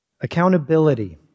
Accountability